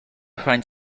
find